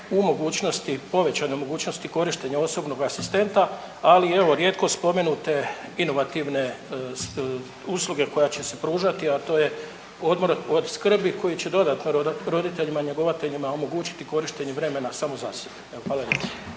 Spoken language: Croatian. u mogućnosti, u povećanoj mogućnosti korištenja osobnog asistenta, ali evo rijetko spomenute inovativne usluge koja će se pružati, a to je „Odmor od skrbi“ koji će dodatno roditeljima njegovateljima omogućiti korištenja vremena samo za sebe. Hvala lijepo.